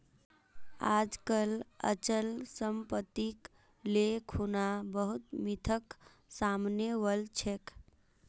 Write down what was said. आजकल अचल सम्पत्तिक ले खुना बहुत मिथक सामने वल छेक